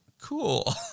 Cool